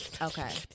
Okay